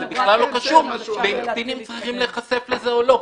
זה בכלל לא קשור אם קטינים צריכים להיחשף לזה או לא.